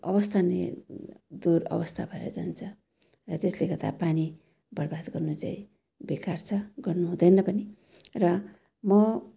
अवस्था नै दुरअवस्था भएर जान्छ र त्यसले गर्दा पानी बर्बाद गर्नु चाहिँ बेकार छ गर्नु हुँदैन पनि र म